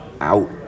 out